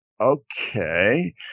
Okay